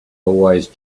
always